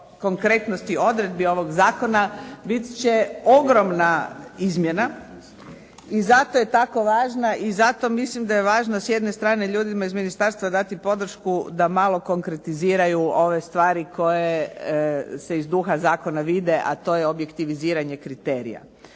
konkretnosti odredbi ovog zakona bit će ogromna izmjena i zato je tako važna. I zato mislim da je važno s jedne strane ljudima iz ministarstva dati podršku da malo konkretiziraju ove stvari koje se iz duha zakona vide, a to je objektiviziranje kriterija.